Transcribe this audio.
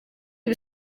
ibi